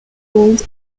fold